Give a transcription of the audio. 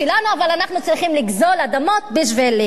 אבל אנחנו צריכים לגזול אדמות בשביל להתיישב.